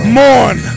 mourn